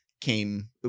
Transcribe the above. came